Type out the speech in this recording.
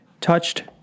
touched